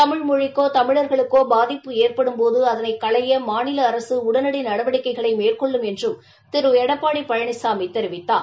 தமிழ் மொழிக்கோ தமிழர்களுக்கோ பாதிப்பு ஏற்டும்போது அதனை களைய மாநில அரசு உடனடி நடவடிக்கைகளை மேற்கொள்ளும் என்றும் திரு எடப்பாடி பழனிசாமி தெரிவித்தார்